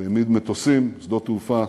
הוא העמיד מטוסים, שדות תעופה,